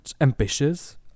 ambitious